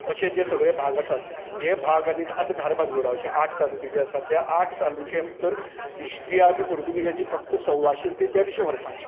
अशे जे सगळे भाग आसात हे भाग आनी आतां धारबादोंडा अशें आठ तालूके जे आसात त्या आठ तालुक्यां भितर हिस्ट्री आसा ती पुर्तूगीजांची फक्त संवाशें तें देडशें वर्सांचें